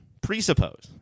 presuppose